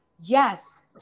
yes